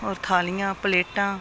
होर थालियां प्लेटां